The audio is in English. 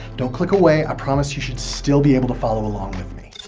don't click away, i promise you should still be able to follow along with me.